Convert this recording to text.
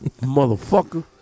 Motherfucker